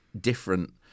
different